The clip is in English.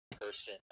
person